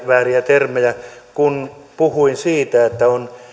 vääriä termejä puhuin siitä että on